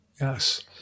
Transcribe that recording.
Yes